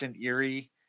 eerie